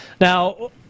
Now